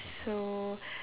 so